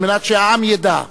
על מנת שהעם ידע.